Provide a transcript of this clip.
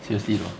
seriously though